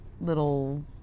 little